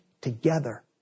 together